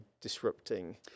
disrupting